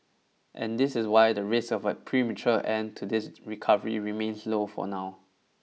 and this is why the risk of a premature end to this recovery remains low for now